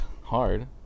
hard